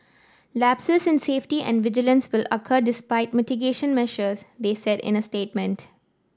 lapses in safety and vigilance will occur despite mitigation measures they said in a statement